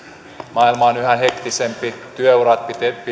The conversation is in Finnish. maailma on yhä hektisempi työurien